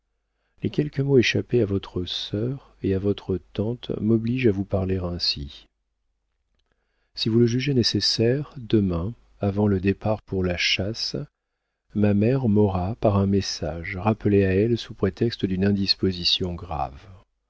les quelques mots échappés à votre sœur et à votre tante m'obligent à vous parler ainsi si vous le jugez nécessaire demain avant le départ pour la chasse ma mère m'aura par un message rappelée à elle sous prétexte d'une indisposition grave